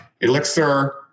Elixir